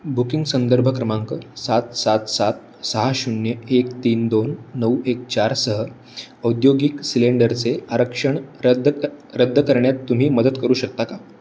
booking संदर्भ क्रमांक सात सात सात सहा शून्य एक तीन दोन नऊ एक चार सह औद्योगिक सिलेंडरचे आरक्षण रद्द रद्द करण्यात तुम्ही मदत करू शकता का